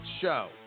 show